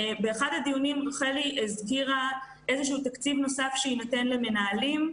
באחד הדיונים רחלי הזכירה איזשהו תקציב נוסף שיינתן למנהלים.